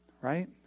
Right